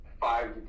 five